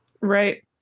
Right